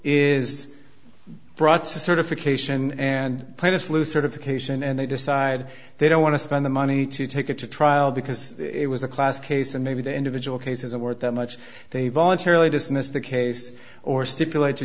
is brought to certification and plaintiffs lose certification and they decide they don't want to spend the money to take it to trial because it was a class case and maybe the individual case isn't worth that much they voluntarily dismissed the case or stipulate to